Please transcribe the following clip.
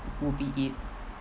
would be it